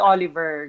Oliver